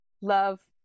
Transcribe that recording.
Love